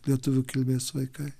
lietuvių kilmės vaikai